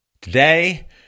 Today